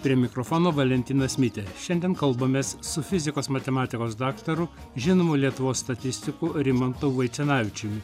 prie mikrofono valentinas mitė šiandien kalbamės su fizikos matematikos daktaru žinomu lietuvos statistiku rimantu vaicenavičiumi